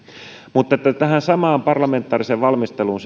siihen samaan parlamentaariseen valmisteluun